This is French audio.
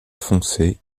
foncé